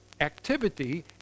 activity